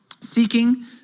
seeking